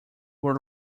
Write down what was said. were